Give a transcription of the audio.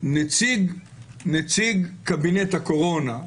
נציג קבינט הקורונה.